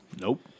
Nope